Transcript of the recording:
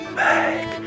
back